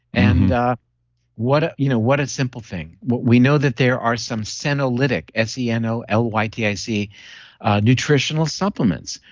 and what ah you know what a simple thing. we know that there are some senolytic, s e n o l y t i c nutritional supplements.